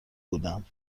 بودم